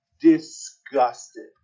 disgusted